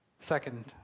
Second